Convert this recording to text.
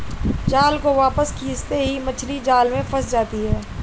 जाल को वापस खींचते ही मछली जाल में फंस जाती है